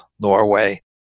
Norway